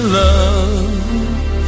love